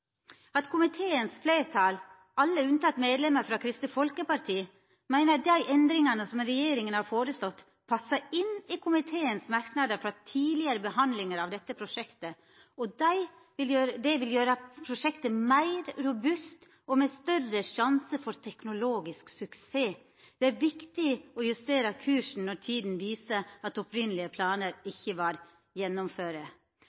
flertall, alle unntatt medlemmet fra Kristelig Folkeparti, mener de endringer som regjeringen har foreslått, passer inn i komiteens merknader fra tidligere behandlinger av dette prosjektet, og at de vil gjøre prosjektet mer robust og med større sjanse for teknologisk suksess. Det er viktig å justere kursen når tiden viser at opprinnelige planer